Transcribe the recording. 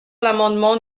l’amendement